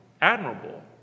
admirable